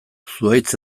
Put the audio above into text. zuhaitz